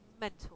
mental